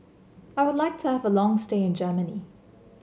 I would like to have a long stay in Germany